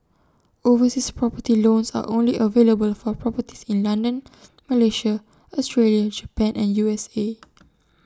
overseas property loans are only available for properties in London Malaysia Australia Japan and U S A